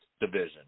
division